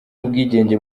w’ubwigenge